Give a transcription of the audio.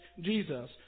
Jesus